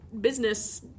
business